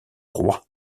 roi